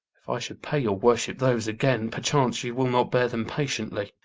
if i should pay your worship those again, perchance you will not bear them patiently.